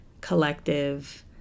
collective